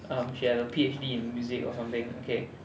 um she had a P_H_D in music or something okay okay